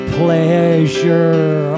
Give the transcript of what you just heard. pleasure